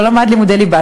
לא למד לימודי ליבה.